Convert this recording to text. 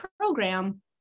program